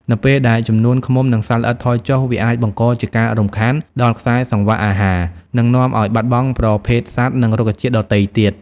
នៅពេលដែលចំនួនឃ្មុំ និងសត្វល្អិតថយចុះ វាអាចបង្កជាការរំខានដល់ខ្សែសង្វាក់អាហារ និងនាំឱ្យបាត់បង់ប្រភេទសត្វ និងរុក្ខជាតិដទៃទៀត។